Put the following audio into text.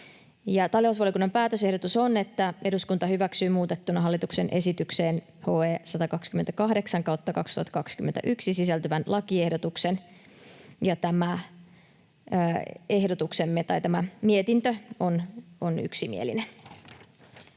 Talousvaliokunnan päätösehdotus on, että eduskunta hyväksyy muutettuna hallituksen esitykseen HE 128/2021 sisältyvän lakiehdotuksen. Ja tämä mietintö on yksimielinen.